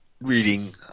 reading